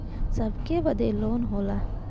सबके बदे लोन होला